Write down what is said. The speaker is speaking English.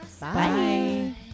Bye